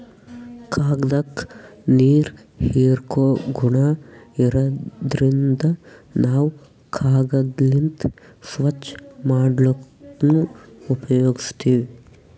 ಕಾಗ್ದಾಕ್ಕ ನೀರ್ ಹೀರ್ಕೋ ಗುಣಾ ಇರಾದ್ರಿನ್ದ ನಾವ್ ಕಾಗದ್ಲಿಂತ್ ಸ್ವಚ್ಚ್ ಮಾಡ್ಲಕ್ನು ಉಪಯೋಗಸ್ತೀವ್